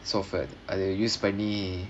அது:adhu use பண்ணி:panni